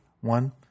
one